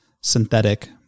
synthetic